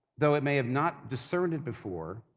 though it may have not discerned it before,